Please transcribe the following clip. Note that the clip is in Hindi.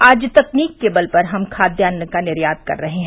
आज तकनीक के बल पर हम खाद्यान का निर्यात कर रहे हैं